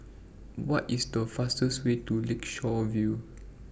What IS The fastest Way to Lakeshore View